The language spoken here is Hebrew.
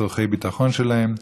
צורכי הביטחון שלהם.